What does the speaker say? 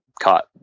caught